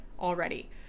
already